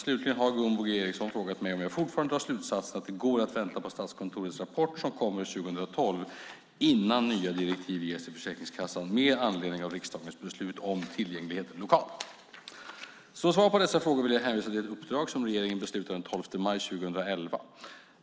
Slutligen har Gunvor G Ericson frågat mig om jag fortfarande drar slutsatsen att det går att vänta på Statskontorets rapport som kommer 2012 innan nya direktiv ges till Försäkringskassan med anledning av riksdagens beslut om tillgänglighet lokalt. Som svar på dessa frågor vill jag hänvisa till ett uppdrag som regeringen beslutade den 12 maj 2011 .